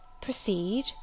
proceed